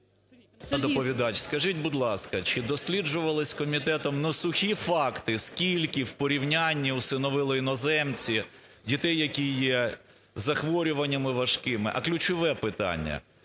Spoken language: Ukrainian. доповідач, скажіть, будь ласка, чи досліджувались комітетом на сухі факти, скільки в порівнянні усиновили іноземці дітей, які є з захворюваннями важкими? А ключове питання.